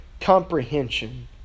comprehension